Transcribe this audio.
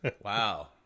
Wow